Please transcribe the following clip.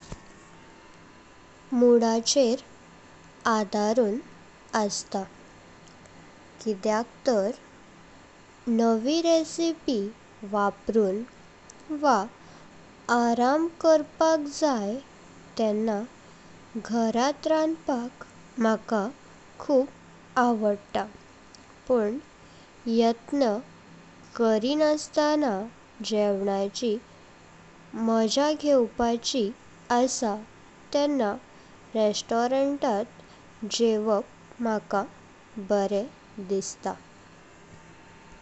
मोडाचेर आदारण आस्ता किद्याक तर नवी रेसिपी वापरून वा आराम करपाक जाई तेंना घरात रांधपाक म्हाका खूप आवडता। पण यत्न करीनाास्ताना जेवनाची मजा घेवपाची आसा तेंना रेस्टॉरंटात जेवप म्हाका बरे दिसता।